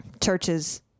churches